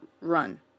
run